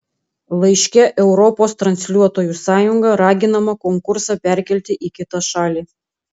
laiške europos transliuotojų sąjunga raginama konkursą perkelti į kitą šalį